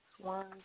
one